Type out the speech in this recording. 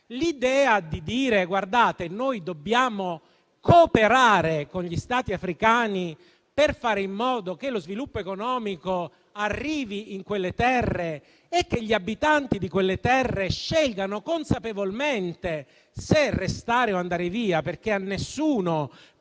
L'idea è quella di cooperare con gli Stati africani per fare in modo che lo sviluppo economico arrivi in quelle terre e che i loro abitanti scelgano consapevolmente se restare o andare via, perché a nessuno